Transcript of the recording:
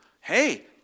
Hey